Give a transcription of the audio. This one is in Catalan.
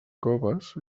coves